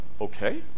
Okay